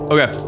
Okay